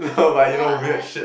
what